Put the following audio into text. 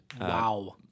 Wow